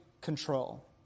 control